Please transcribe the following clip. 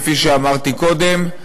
כפי שאמרתי קודם,